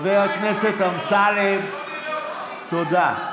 חבר הכנסת אמסלם, בבקשה.